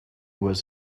was